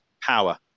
power